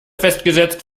festgesetzt